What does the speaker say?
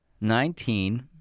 Nineteen